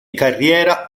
carriera